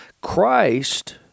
Christ